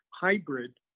hybrid